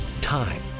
Time